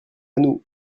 nous